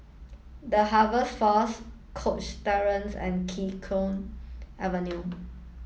The Harvest Force Cox Terrace and Kee Choe Avenue